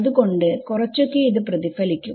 അത് കൊണ്ട് കുറച്ചൊക്കെ ഇത് പ്രതിഫലിക്കും